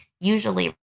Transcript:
usually